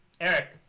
Eric